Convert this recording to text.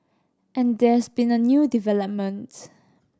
and there's been a new development